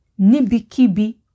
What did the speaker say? nibikibi